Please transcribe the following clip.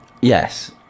yes